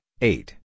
eight